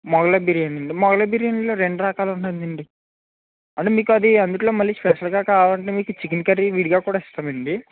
మొఘలాయ్ బిర్యానీ అండి మొఘలాయ్ బిర్యానీలో రెండు రకాలు ఉన్నాయి అండి అదే మీకు అది అందుట్లో మళ్ళీ స్పెషల్గా కావాలి అంటే మీకు చికెన్ కర్రీ విడిగా కూడా ఇస్తాము అండి